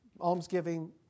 almsgiving